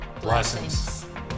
Blessings